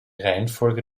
reihenfolge